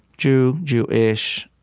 jew, jew-ish,